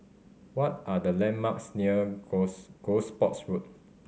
what are the landmarks near Gosport's Road